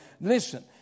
Listen